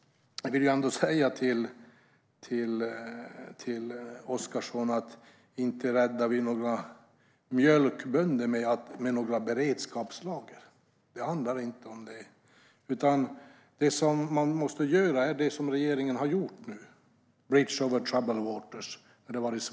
Till Oscarsson vill jag säga att vi inte räddar några mjölkbönder med några beredskapslager. Det handlar inte om det, utan det man måste göra är det som regeringen faktiskt har gjort nu när det varit svårt. Man kan kalla det "a bridge over troubled water".